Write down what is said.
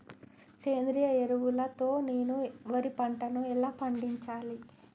సేంద్రీయ ఎరువుల తో నేను వరి పంటను ఎలా పండించాలి?